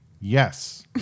Yes